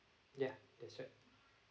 ya that's right